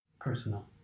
Personal